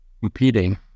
competing